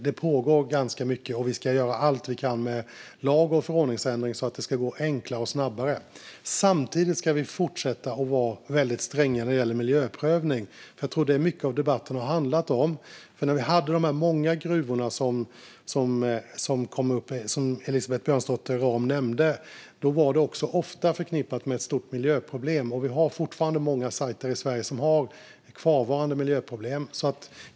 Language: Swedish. Det pågår mycket, och vi ska göra allt vi kan med lag och förordningsändringar så att det ska gå enklare och snabbare. Samtidigt ska vi fortsätta att vara stränga när det gäller miljöprövning. Mycket av debatten har handlat om detta. De gruvor som Elisabeth Björnsdotter Rahm nämnde var ofta förknippade med stora miljöproblem. Det finns fortfarande många gruvsajter i Sverige som har kvarvarande miljöproblem.